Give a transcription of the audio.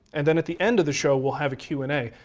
and then at the end of the show we'll have a q and a.